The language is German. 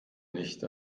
nicht